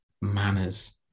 manners